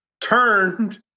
turned